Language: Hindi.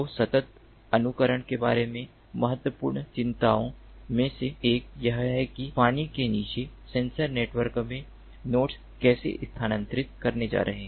तो सतत अनुकरण के बारे में महत्वपूर्ण चिंताओं में से एक यह है कि पानी के नीचे सेंसर नेटवर्क में नोड्स कैसे स्थानांतरित करने जा रहे हैं